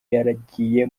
yaragiye